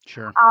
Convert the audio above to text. Sure